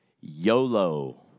YOLO